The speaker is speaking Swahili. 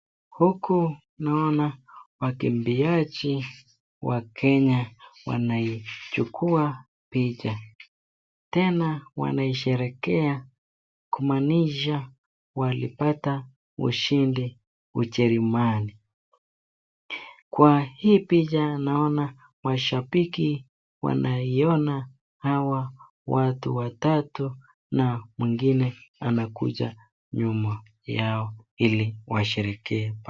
Huku naona wakimbiaji wakenya wanaichukuwa picha. Tena wanaisherehekea kumanisha walipata ushidi ugerumani. kwahii picha naona washabiki wanaiona hawa watu watatu na mwingine anakuja nyuma yao iliwasherehekee pamoja.